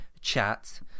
chat